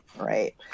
right